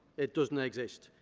it does not exist.